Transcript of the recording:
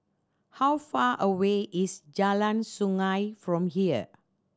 how far away is Jalan Sungei from here